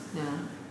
ya